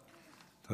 תודה רבה.